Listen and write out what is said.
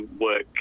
work